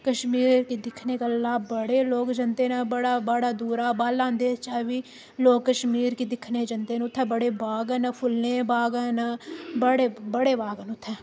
कश्मीर गी दिक्खने गल्ला बड़े लोक जंदे न बड़ा बड़ा दूरा बल्ल आंदे चा बी लोक कश्मीर गी दिक्खने जंदे न उत्थें बड़े बाग न फुल्लें दे बाग न बड़े बड़े बाग न उत्थै